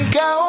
go